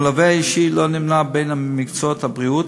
המלווה האישי לא נמנה עם מקצועות הבריאות,